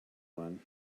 one